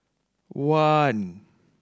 one